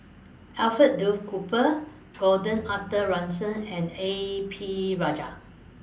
Alfred Duff Cooper Gordon Arthur Ransome and A P Rajah